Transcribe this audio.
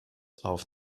auf